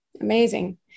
Amazing